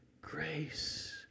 grace